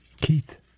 Keith